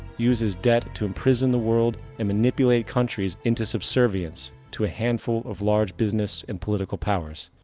uses debt to imprison the world and manipulate countries into subservience to a handful of large business and political powers.